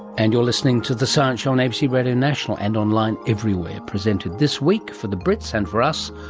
and you're listening to the science show on abc radio national and online everywhere, presented this week, for the brits and for us,